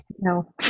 No